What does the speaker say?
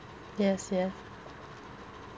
yes yes